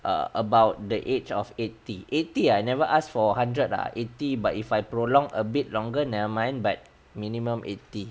uh about the age of eighty eighty I never asked for hundred ah eighty but if I prolong a bit longer nevermind but minimum eighty